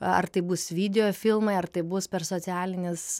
ar tai bus videofilmai ar tai bus per socialines